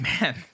Man